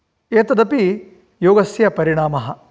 एतद् अपि योगस्य परिणामः